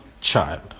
child